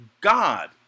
God